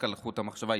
רק על חוט המחשבה.